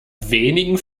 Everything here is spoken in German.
wenigen